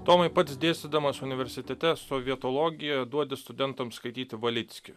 tomai pats dėstydamas universitete sovietologijoją duodi studentams skaityti valickį